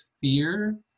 fear